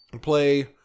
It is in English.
play